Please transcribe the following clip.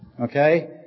Okay